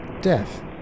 death